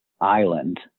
island